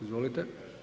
Izvolite.